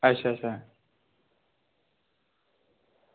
अच्छा अच्छा